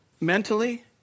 Mentally